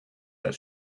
that